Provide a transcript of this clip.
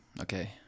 okay